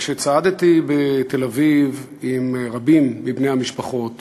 כשצעדתי בתל-אביב עם רבים מבני המשפחות